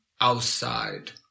outside